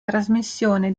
trasmissione